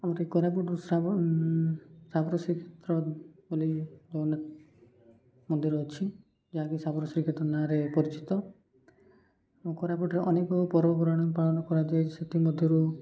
ଆମର ଏ କୋରାପୁଟରୁ ସ୍ରାବ ସାବର ଶ୍ରୀ କ୍ଷେତ୍ର ବୋଲି ଜଗନ୍ନାଥ ମନ୍ଦିର ଅଛି ଯାହାକି ସାବର ଶ୍ରୀ କ୍ଷେତ୍ର ନାଁରେ ପରିଚିତ କୋରାପୁଟରେ ଅନେକ ପର୍ବପର୍ବାଣି ପାଳନ କରାଯାଏ ସେଥିମଧ୍ୟରୁ